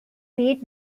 peat